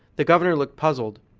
the governor looked puzzled.